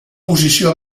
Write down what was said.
posició